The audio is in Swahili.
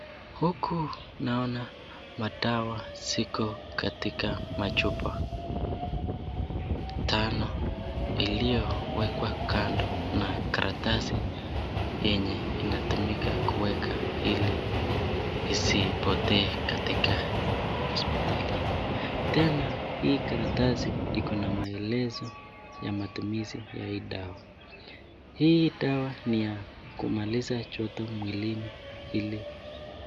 Huku naona madawa ziko katika machupa tano iliyowekwa kando na karatasi yenye inatumika kuweka ili isipotee katika hospitali. Tena hii karatasi iko na maelezo ya matumizi ya hii dawa, hii dawa ni ya kumaliza joto mwilini ili,,,